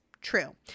True